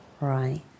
right